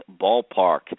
Ballpark